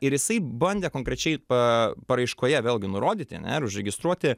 ir jisai bandė konkrečiai pa paraiškoje vėlgi nurodyti ane ir užregistruoti